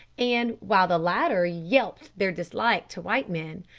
and, while the latter yelped their dislike to white men,